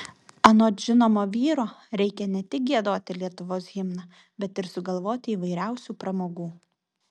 anot žinomo vyro reikia ne tik giedoti lietuvos himną bet ir sugalvoti įvairiausių pramogų